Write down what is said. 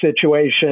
situation